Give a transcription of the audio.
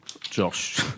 Josh